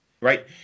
right